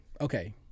okay